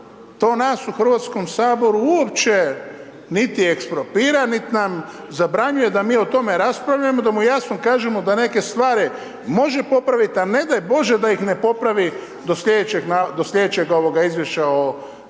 to nas u HS uopće niti ekspropira, nit nam zabranjuje da mi o tome raspravljamo, da mu jasno kažemo da neke stvari može popravit, a ne daj Bože da ih ne popravi do sljedećeg izvješća o, zapravo